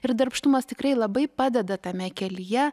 ir darbštumas tikrai labai padeda tame kelyje